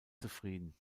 zufrieden